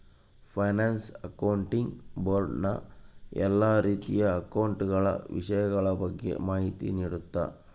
finance accounting board ನ ಎಲ್ಲಾ ರೀತಿಯ ಅಕೌಂಟ ಗಳ ವಿಷಯಗಳ ಬಗ್ಗೆ ಮಾಹಿತಿ ನೀಡುತ್ತ